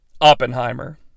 Oppenheimer